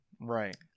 Right